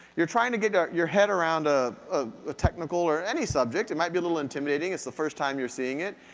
you're trying to get your head around ah ah a technical, or any subject, it might be a little intimidating, it's the first time you're seeing it.